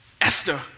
Esther